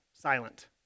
silent